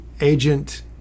agent